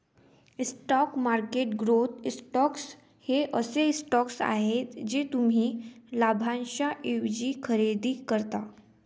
stock market growth stocks हे असे stocks आहेत जे तुम्ही लाभांशाऐवजी खरेदी करता